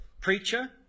Preacher